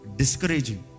discouraging